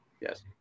Yes